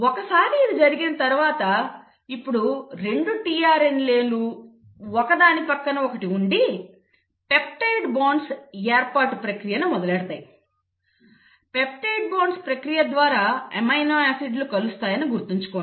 ఒకసారి ఇది జరిగిన తర్వాత ఇప్పుడు 2 tRNAలు ఒకదాని పక్కన ఒకటి ఉండి పెప్టైడ్ బంధాల ఏర్పాటు ప్రక్రియను మొదలుపెడతాయి పెప్టైడ్ బంధాల ప్రక్రియ ద్వారా అమైనో ఆసిడ్ లు కలుస్తాయని గుర్తుంచుకోండి